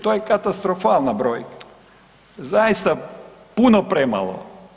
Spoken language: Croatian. To je katastrofalna brojka, zaista puno premalo.